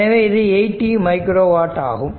எனவே இது 8t micro watt ஆகும்